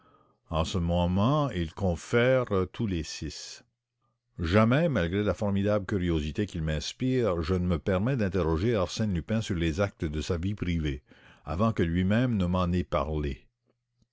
en ce moment ils confèrent tous trois avec ganimard jamais malgré la formidable curiosité qu'il m'inspire je ne me permets d'interroger arsène lupin sur les actes de sa vie privée